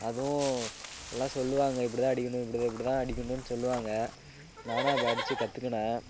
அதுவும் எல்லாம் சொல்வாங்க இப்படிதான் அடிக்கணும் இப்படி இப்படிதான் அடிக்கணும்னு சொல்வாங்க நானும் அப்படி அடித்து கற்றுக்கின